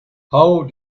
how